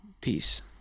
Peace